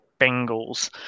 bengals